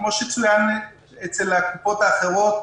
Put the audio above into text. כפי שצוין אצל הקופות האחרות: